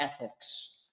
ethics